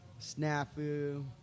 Snafu